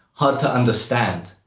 hard to understand.